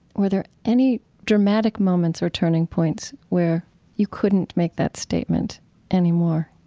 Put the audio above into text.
were there any dramatic moments or turning points where you couldn't make that statement anymore?